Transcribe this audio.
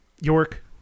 York